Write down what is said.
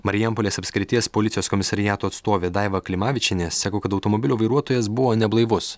marijampolės apskrities policijos komisariato atstovė daiva klimavičienė sako kad automobilio vairuotojas buvo neblaivus